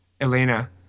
Elena